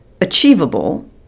achievable